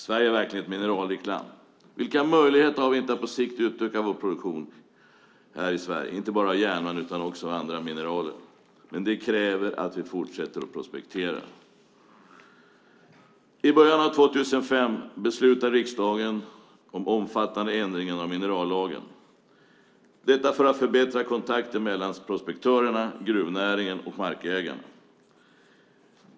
Sverige är verkligen ett mineralrikt land. Vilka möjligheter har vi inte att på sikt utöka vår produktion här i Sverige inte bara av järnmalm utan också av andra mineraler. Men det kräver att vi fortsätter att prospektera. I början av 2005 beslutade riksdagen om omfattande ändringar av minerallagen för att förbättra kontakten mellan prospektörerna, gruvnäringen och markägarna.